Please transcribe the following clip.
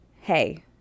hey